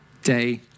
day